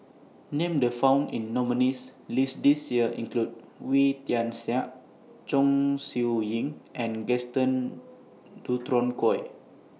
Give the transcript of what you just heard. Names The found in nominees' list This Year include Wee Tian Siak Chong Siew Ying and Gaston Dutronquoy